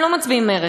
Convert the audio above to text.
הם לא מצביעים מרצ: